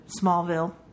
Smallville